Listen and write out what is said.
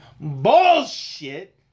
BULLSHIT